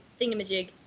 thingamajig